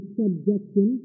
subjection